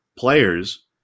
players